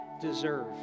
deserve